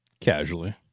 Casually